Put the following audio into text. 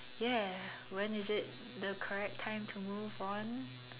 ya when is it the correct time to move on